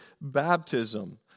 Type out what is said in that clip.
baptism